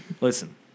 Listen